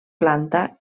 planta